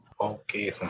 Okay